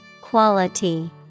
Quality